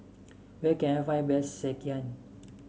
where can I find best sekihan